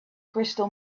crystal